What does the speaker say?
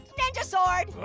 and sword.